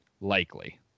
likely